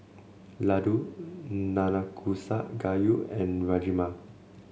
Ladoo Nanakusa Gayu and Rajma